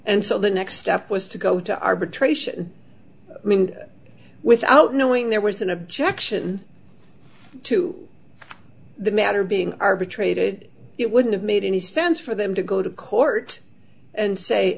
and so the next step was to go to arbitration without knowing there was an objection to the matter being arbitrated it wouldn't have made any sense for them to go to court and say